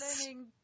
learning